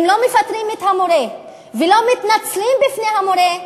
אם לא מפטרים את המורה ולא מתנצלים בפני המורה,